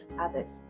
others